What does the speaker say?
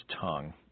tongue